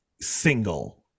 single